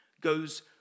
goes